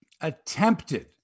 attempted